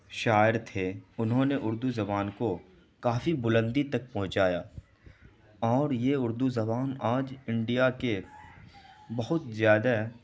شاعر تھے انہوں نے اردو زبان کو کافی بلندی تک پہنچایا اور یہ اردو زبان آج انڈیا کے بہت زیادہ